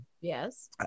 Yes